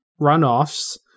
runoffs